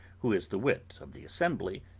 who is the wit of the assembly,